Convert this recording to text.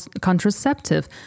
contraceptive